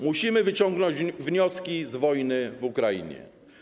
Musimy wyciągnąć wnioski z wojny w Ukrainie.